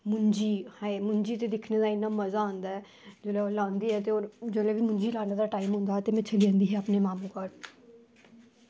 मुंजी ते मुंजी दिक्खने दा ते इन्ना मज़ा आंदा ऐ जेल्लै लांदे ते जेल्लै मुंजी लाने दा टाईम होंदा ते में जंदी उठी ही अपने मामें दे